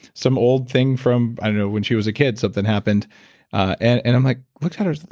some old thing from, i don't know, when she was a kid something happened and i'm like. looked at her,